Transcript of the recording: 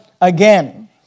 again